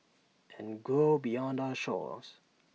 and grow beyond our shores